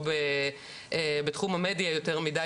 או בתחום המדיה יותר מידי,